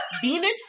Venus